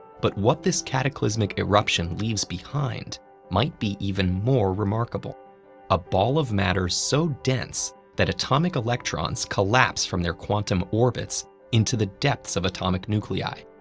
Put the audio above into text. but what this cataclysmic eruption leaves behind might be even more remarkable a ball of matter so dense that atomic electrons collapse from their quantum orbits into the depths of atomic nuclei.